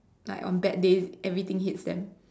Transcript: like on bad days everything hits them